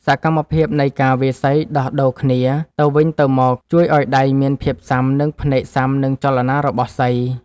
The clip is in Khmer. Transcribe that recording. សកម្មភាពនៃការវាយសីដោះដូរគ្នាទៅវិញទៅមក ជួយឱ្យដៃមានភាពស៊ាំ និងភ្នែកស៊ាំនឹងចលនារបស់សី។